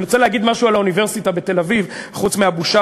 אני רוצה להגיד משהו על האוניברסיטה בתל-אביב: חוץ מהבושה